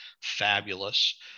fabulous